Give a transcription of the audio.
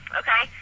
okay